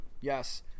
Yes